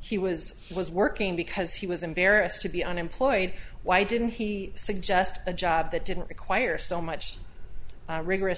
he was was working because he was embarrassed to be unemployed why didn't he suggest a job that didn't require so much rigorous